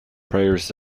prayers